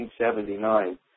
1979